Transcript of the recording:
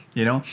you know,